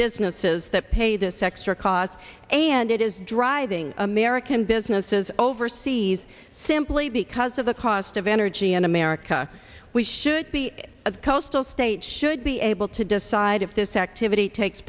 businesses that pay this extra cost and it is driving american businesses overseas simply because of the cost of energy in america we should be a coastal state should be able to decide if this activity takes